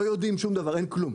לא יודעים כלום.